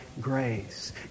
grace